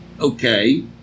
Okay